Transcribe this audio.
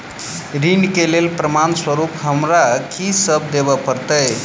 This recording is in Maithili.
ऋण केँ लेल प्रमाण स्वरूप हमरा की सब देब पड़तय?